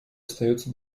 остается